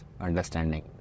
understanding